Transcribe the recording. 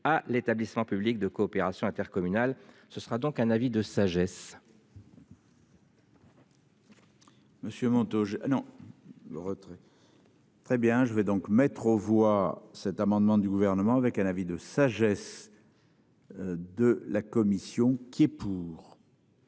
à l'établissement public de coopération intercommunale. Ce sera donc un avis de sagesse. Monsieur manteaux. Non. Le retrait. Très bien je vais donc mettre aux voix cet amendement du gouvernement avec un avis de sagesse. De la commune. Sion, qui est pour.